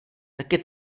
taky